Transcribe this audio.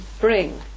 bring